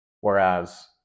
Whereas